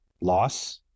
loss